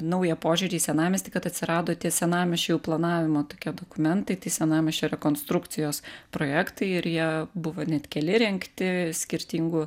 naują požiūrį į senamiestį kad atsirado tie senamiesčio jau planavimo tokie dokumentai tai senamiesčio rekonstrukcijos projektai ir jie buvo net keli rengti skirtingų